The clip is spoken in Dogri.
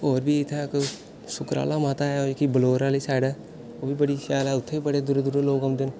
होर बी इत्थें इक सुकराला माता ऐ ओह् जेह्की बलौर आह्ली साईड ऐ ओह् बी बड़ी शैल ऐ उत्थुआं बी बड़े दूरा दूरा लोक औंदे न